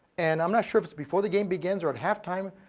and i'm not sure if it's before the game begins or at halftime,